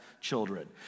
children